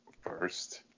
first